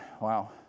wow